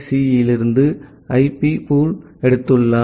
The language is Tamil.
சி யிலிருந்து ஐபி பூல் எடுத்துள்ளனர்